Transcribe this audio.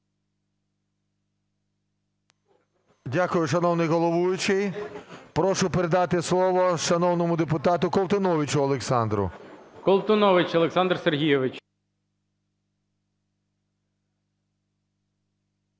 Дякую, шановний головуючий. Прошу передати слово шановному депутату Колтуновичу Олександру. ГОЛОВУЮЧИЙ. Колтунович Олександр Сергійович.